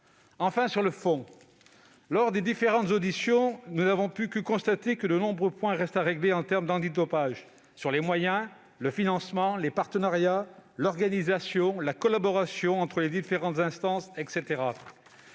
Ensuite, sur le fond. Lors des différentes auditions, nous n'avons pu que constater que de nombreux points restaient à régler en matière d'antidopage : sur les moyens, le financement, les partenariats, l'organisation, la collaboration entre les différentes instances, etc.